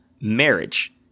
marriage